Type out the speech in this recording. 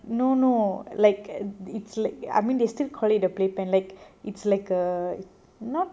no no like at it's like I mean they still call it the play pan like it's like a not